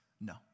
no